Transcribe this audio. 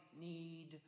need